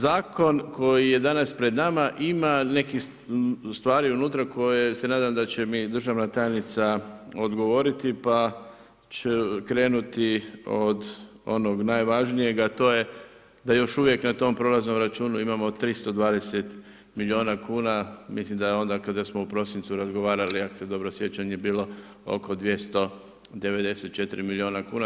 Zakon koji je danas pred nama ima nekih stvari unutra koje se nadam da će mi državna tajnica odgovoriti pa ću krenuti od onoga najvažnijega, a to je da još uvijek na tom prolaznom računu imamo 320 milijuna kuna, mislim da onda kada smo u prosincu razgovarali ako se dobro sjećam je bilo oko 294 milijuna kuna.